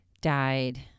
died